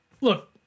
look